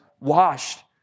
washed